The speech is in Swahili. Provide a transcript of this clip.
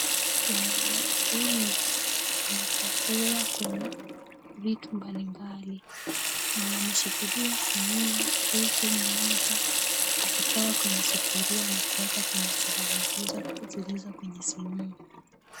Wamama wengi wanapakua kwenye vitu mbalimbali. Wameshikilia sinia huku mmoja akitoa kwenye sufuria na kuweka kwenye sahani ,ni chakula zilizo kwenye sinia.